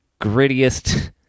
grittiest